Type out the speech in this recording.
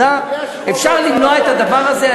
אפשר למנוע את הדבר הזה,